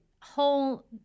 whole